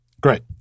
Great